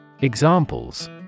Examples